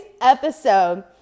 episode